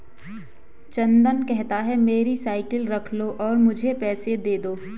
चंदन कहता है, मेरी साइकिल रख लो और मुझे पैसे दे दो